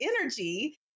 energy